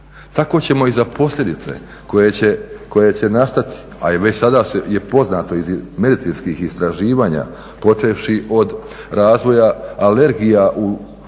Tako ćemo i za posljedice koje će nastati a i već sada je poznato iz medicinskih istraživanja počevši od razvoja alergija u nivou